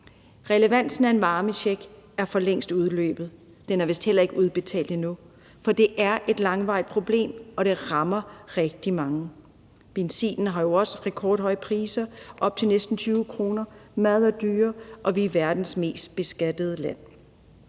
Relevansen af en varmecheck er for længst udløbet – den er vist heller ikke udbetalt endnu – for det er et langvarigt problem, og det rammer rigtig mange. Benzinen har jo også rekordhøje priser, op til næsten 20 kr. literen. Mad er dyrere, og vi er verdens mest beskattede land.